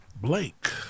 Blake